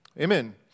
Amen